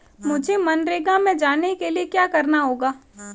मुझे मनरेगा में जाने के लिए क्या करना होगा?